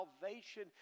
salvation